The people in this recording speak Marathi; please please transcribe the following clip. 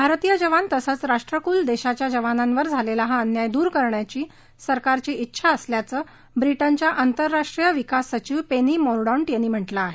भारतीय जवान तसंच राष्ट्रकुल देशांच्या जवानांवर झालेला हा अन्याय दूर करण्याची सरकारची ाडेछा असल्याचं ब्रिटनच्या आंतराष्ट्रीय विकास सचिव पेनी मोरडॉन्ट यांनी म्हटलं आहे